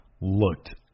looked